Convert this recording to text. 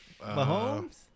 Mahomes